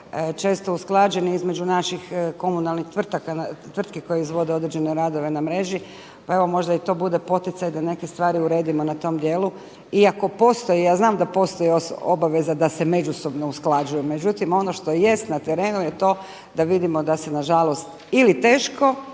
često usklađeni između naših komunalnih tvrtki koje izvode određene radove na mreži, pa evo možda i to bude poticaj da neke stvari uredimo na tom djelu iako postoji, ja znam da postoji obaveza da se međusobno usklađujemo. Međutim, ono što jest na terenu je to da vidimo da se nažalost ili teško